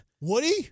Woody